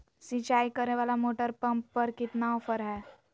सिंचाई करे वाला मोटर पंप पर कितना ऑफर हाय?